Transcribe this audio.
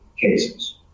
cases